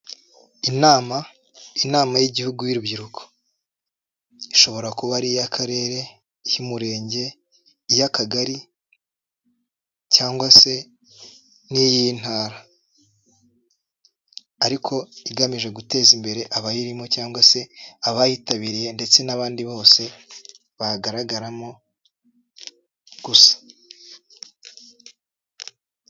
Inama, inama y'igihugu y'urubyiruko ishobora kuba ari iy'akarere, iy'umurenge, iy'akagari cyangwa se niy'intara, ariko igamije guteza imbere abayirimo cyangwa se abayitabiriye ndetse n'abandi bose bagaragaramo gusa.